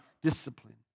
discipline